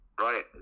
Right